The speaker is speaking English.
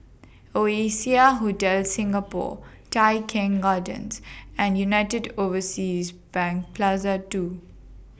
Oasia Hotel Singapore Tai Keng Gardens and United Overseas Bank Plaza two